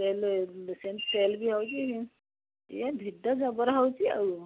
cell ସେମିତି sale ବି ହେଉଛି ଇଏ ଭିଡ଼ ଜବର ହେଉଛି ଆଉ